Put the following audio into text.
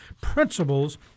principles